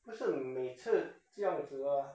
不是每次这样子的